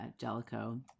jellico